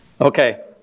Okay